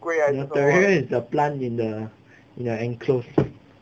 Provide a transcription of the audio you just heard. no terrarium is the plant in the their enclosed